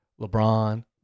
LeBron